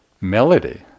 melody